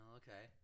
okay